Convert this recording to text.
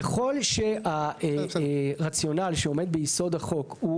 ככל שהרציונל שעומד ביסוד החוק הוא